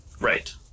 Right